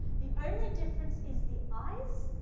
the only difference is the eyes,